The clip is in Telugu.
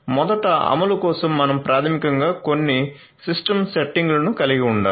మొదట అమలు కోసం మనం ప్రాథమికంగా కొన్ని సిస్టమ్ సెట్టింగులను కలిగి ఉండాలి